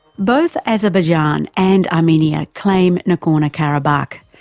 both azerbaijan and armenia claim nagorno-karabakh,